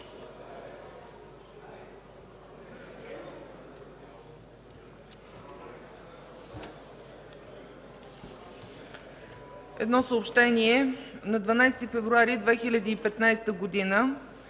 Едно съобщение: на 12 февруари 2015 г.